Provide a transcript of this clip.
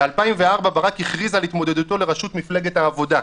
ב-2004 ברק כבר הכריז על התמודדותו לראשות מפלגת העבודה,